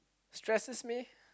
stresses me